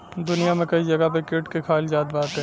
दुनिया में कई जगही पे कीट के खाईल जात बाटे